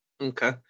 Okay